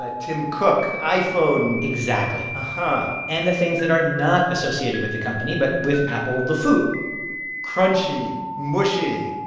ah tim cook, iphone exactly. and and the things that are not associated with the company but with apple, the food crunchy, mushy,